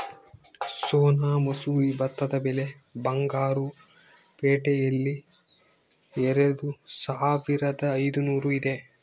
ಸೋನಾ ಮಸೂರಿ ಭತ್ತದ ಬೆಲೆ ಬಂಗಾರು ಪೇಟೆಯಲ್ಲಿ ಎರೆದುಸಾವಿರದ ಐದುನೂರು ಇದೆ